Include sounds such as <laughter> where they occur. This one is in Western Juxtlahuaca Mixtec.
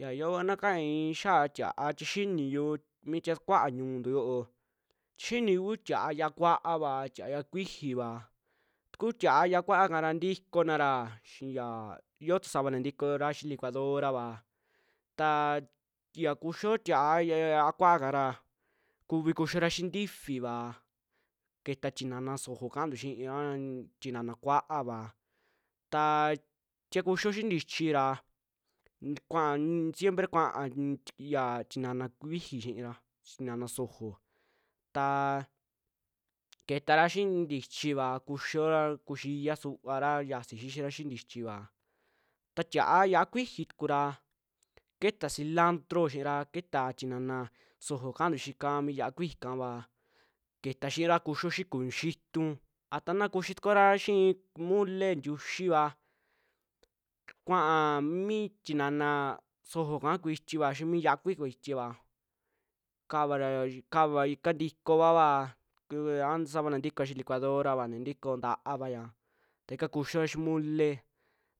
Yaa yoova na kaai xiaa tia'a tie xiiniyu mi tikee sukuaayu ñuntu yo'o, tie xiini kuu tia'a yaa'a kua'ava, tia'a yaa'a kuixiiva ta kuu tia'a yaa'a kua'a kara ntikoonara chii yaa, yoo tu savana ntikoora xii licuadorava taa ya kuxioo tia'a ya- yia'a kua'a kara kuvi kuxiora xi'i ntufiva, ketaa tinana sojo kantu xii aan tinana ku'aava taa tie kuxioo xi'i ntichii ra ntt <unintelligible> kuaa, siempree kuaa un- t <unintelligible> ya tinana kuijii xiira chi tinana sojo, taa ketara xii ntichiva kuxior kuxii ixiaa suvaara yiasi xixira xi'i ntuchi va, ta tia'a yia'a kuijii tukura ketaa cilandro xiira ketaa tinana sojo kaantu xiika mi yia'a kuixi kava ketaa xiira kuxioo xi'i kuñu xiituu, a tanaa kuxii tukuora xi'i mole ntiuxiva kua'a <noise> mi tinana sojoka kuitiva xi'i mi yia'a kuixi kuitiva, kavara ra, kava ika ntikovaova kuu ntaa savana ntikooa xi'i licuadora, naa ntukoo nta'avaya ta ika kuxio xi'i mole,